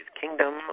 Kingdom